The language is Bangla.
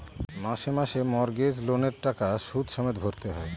মাসে মাসে মর্টগেজ লোনের টাকা সুদ সমেত ভরতে হয়